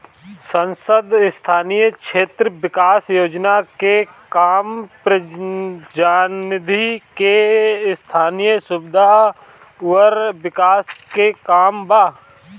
सांसद स्थानीय क्षेत्र विकास योजना के काम जनप्रतिनिधि के स्थनीय सुविधा अउर विकास के काम बा